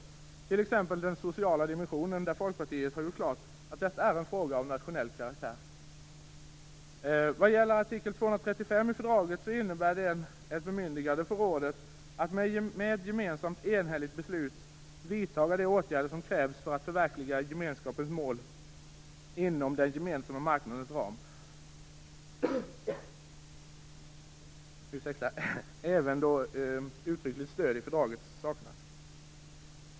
Det gäller t.ex. den sociala dimensionen. Där har Folkpartiet gjort klart att det är en fråga av nationell karaktär. Artikel 235 i fördraget innebär ett bemyndigande för rådet att med ett gemensamt enhälligt beslut vidta de åtgärder som krävs för att förverkliga gemenskapens mål inom den gemensamma marknadens ram även då uttryckligt stöd saknas i fördraget.